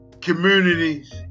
communities